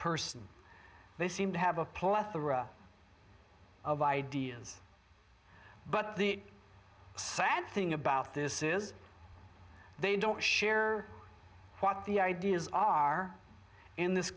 person they seem to have a plethora of ideas but the sad thing about this is they don't share what the ideas are in this